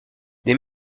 des